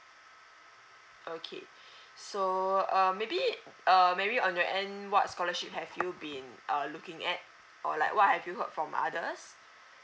okay so uh maybe okay uh mary on your end what scholarship have you be in uh looking at or like what have you heard from others